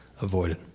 avoided